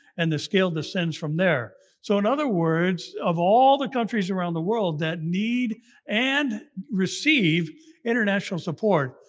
and the scale descends from there. so in other words, of all the countries around the world that need and receive international support,